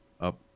up